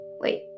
wait